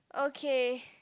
okay